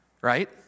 right